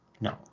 No